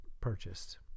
purchased